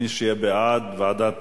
מי שיהיה בעד, ועדת